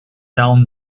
down